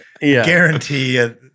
guarantee